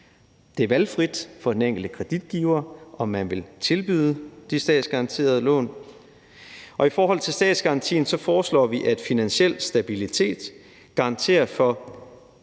Det er valgfrit for den enkelte kreditgiver, om man vil tilbyde de statsgaranterede lån. Og i forhold til statsgarantien foreslår vi, at Finansiel Stabilitet garanterer for